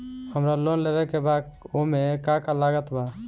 हमरा लोन लेवे के बा ओमे का का लागत बा?